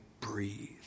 breathe